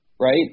right